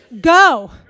go